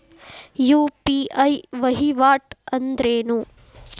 UPI ವಹಿವಾಟ್ ಅಂದ್ರೇನು?